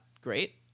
great